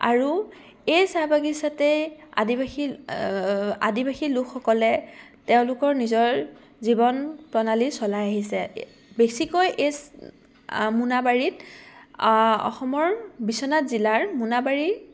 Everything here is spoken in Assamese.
আৰু এই চাহ বাগিচতেই আদিবাসী লোকসকলে তেওঁলোকৰ নিজৰ জীৱন প্ৰণালী চলাই আহিছে বেছিকৈ এই মোনাবাৰীত অসমৰ বিশ্বনাথ জিলাৰ মোনাবাৰী